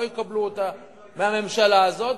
לא יקבלו אותה מהממשלה הזאת,